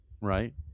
Right